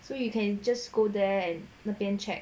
so you can just go there and 那边 check